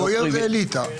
בויאר זה אליטה.